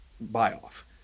buy-off